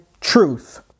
truth